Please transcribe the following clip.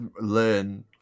learn